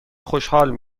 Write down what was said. خوشحال